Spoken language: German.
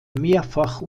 mehrfach